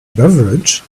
beverage